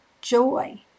joy